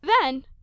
Then—